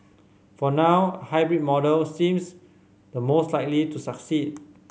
for now hybrid model seems the most likely to succeed